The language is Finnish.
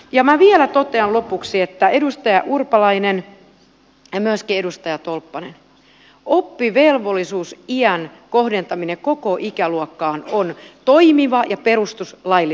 minä vielä totean lopuksi edustaja urpalainen ja myöskin edustaja tolppanen että oppivelvollisuusiän kohdentaminen koko ikäluokkaan on toimiva ja perustuslaillinen ratkaisu